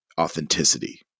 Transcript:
authenticity